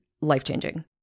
life-changing